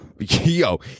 Yo